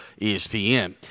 ESPN